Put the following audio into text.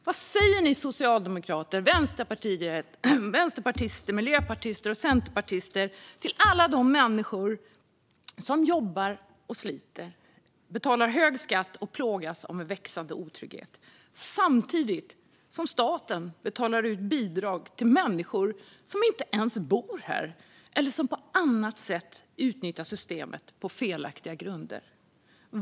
Vad säger ni socialdemokrater, vänsterpartister, miljöpartister och centerpartister till alla de människor som jobbar och sliter, betalar hög skatt och plågas av en växande otrygghet? Samtidigt betalar staten ut bidrag till människor som inte ens bor här eller som på annat sätt utnyttjar systemet på felaktiga grunder.